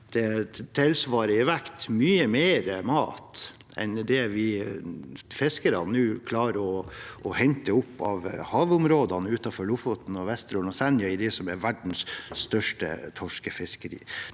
vekt tilsvarer mye mer mat enn det fiskerne klarer å hente opp av havområdene utenfor Lofoten, Vesterålen og Senja i det som er verdens største torskefiskeri.